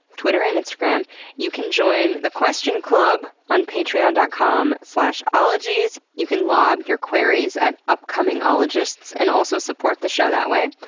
and and sort of um you can join the question club on patreon dot com slash ologies. you can lob your queries at upcoming ologists and also support the show that way.